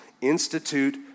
institute